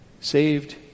saved